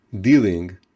dealing